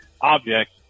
object